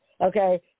okay